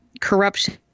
corruption